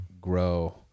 grow